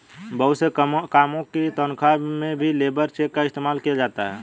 बहुत से कामों की तन्ख्वाह में भी लेबर चेक का इस्तेमाल किया जाता है